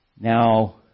Now